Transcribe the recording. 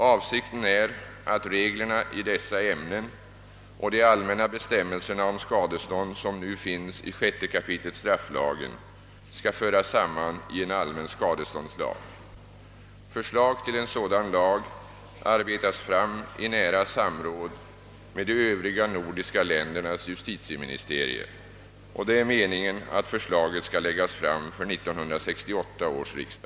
Avsikten är att reglerna i dessa ämnen samt de allmänna bestämmelser om skadestånd som nu finns i 6 kap. strafflagen skall föras samman i en allmän skadeståndslag. Förslag till en sådan lag arbetas fram i nära samråd med de övriga nordiska ländernas justitieministerier. Det är meningen att förslaget skall läggas fram för 1968 års riksdag.